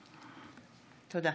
(קוראת בשמות חברי הכנסת) תודה.